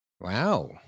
Wow